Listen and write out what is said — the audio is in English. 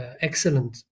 excellent